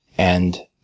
and